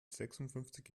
sechsundfünfzig